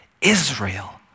Israel